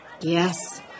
Yes